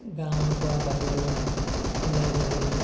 গাঁৱৰ পৰা বাহিৰলৈ ওলাই যাবলৈ